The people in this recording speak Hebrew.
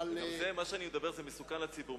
גם זה, מה שאני מדבר, זה מסוכן לציבור.